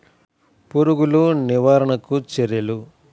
పురుగులు నివారణకు చర్యలు?